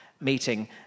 meeting